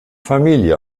familie